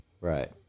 Right